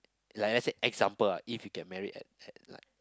like let's set example lah if you can marry at at like